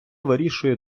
вирішує